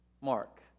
Mark